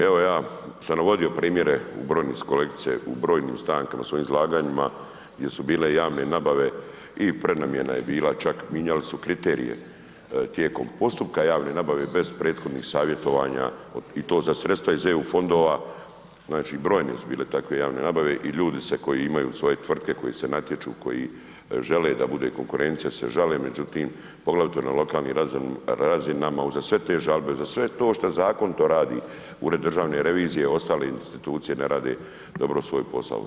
Evo ja sam navodio primjere u brojnosti kolegice, u brojnim stankama u svojim izlaganjima gdje su bile javne nabave i prenamjena je bila, čak mijenjali su kriterije tijekom postupka javne nabave bez prethodnih savjetovanja i to za sredstva iz EU fondova, znači brojne su bile takve javne nabave i ljudi se, koji imaju svoje tvrtke koji se natječu, koji žele da bude konkurencija se žale, međutim, poglavito na lokalnim razinama, uza sve te žalbe, za sve to što zakon to radi, Ured državne revizije i ostale institucije ne rade dobro svoj posao.